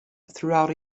throughout